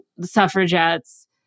suffragettes